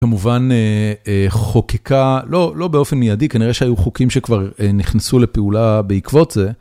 כמובן חוקקה, לא באופן מיידי, כנראה שהיו חוקים שכבר נכנסו לפעולה בעקבות זה.